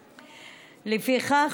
לפיכך,